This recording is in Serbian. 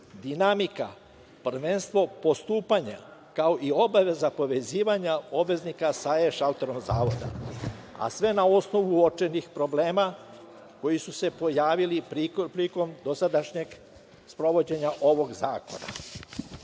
dinamika, prvenstvo postupanja, kao i obaveza povezivanja obveznika sa E šalterom zavoda, a sve na osnovu uočenih problema koji su se pojavili prilikom dosadašnjeg sprovođenja ovog